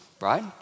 right